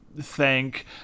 Thank